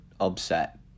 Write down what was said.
upset